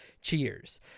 cheers